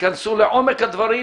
ייכנסו לעומק הדברים,